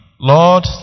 Lord